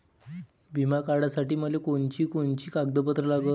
बिमा काढासाठी मले कोनची कोनची कागदपत्र लागन?